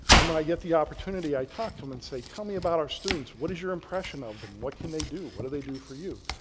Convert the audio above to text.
and when i get the opportunity i talk to them and say, tell me about our students. what is your impression of them? what can they do? what do they do for you?